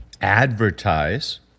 advertise